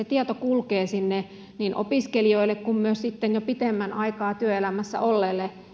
tieto kulkee niin opiskelijoille kuin myös sitten jo pidemmän aikaa työelämässä olleelle siitä